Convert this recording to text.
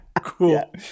Cool